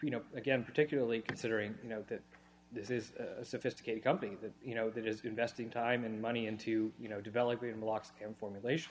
you know again particularly considering you know that this is a sophisticated company that you know that is investing time and money into you know development and locks and formulation